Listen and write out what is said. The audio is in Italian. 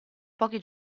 pochi